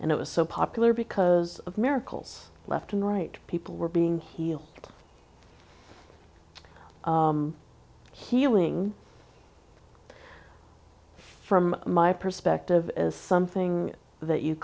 and it was so popular because of miracles left and right people were being healed healing from my perspective is something that you